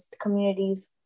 communities